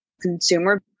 consumer